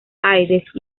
aires